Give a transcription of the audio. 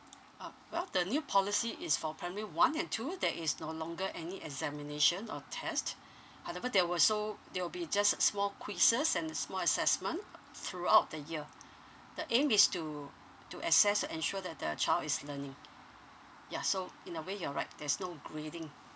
uh well the new policy is for primary one and two there is no longer any examination or test however there will also there will be just small quizzes and a small assessment throughout the year the aim is to to assess a~ ensure that the child is learning ya so in a way you're right there's no grading